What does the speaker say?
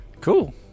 Cool